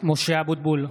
(קורא בשמות חברי הכנסת) משה אבוטבול,